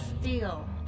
steel